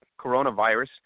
coronavirus